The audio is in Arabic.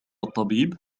الطبيب